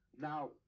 Now